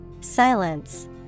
Silence